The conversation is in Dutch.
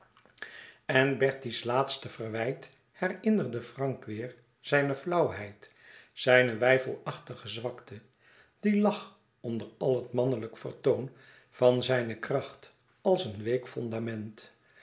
en bertie's laatste verwijt herinnerde frank weêr zijne flauwheid zijne weifelachtige zwakte die lag onder al het mannelijk vertoon van zijne kracht als een week fondament